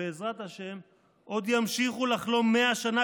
ובעזרת השם עוד ימשיכו לחלום 100 שנה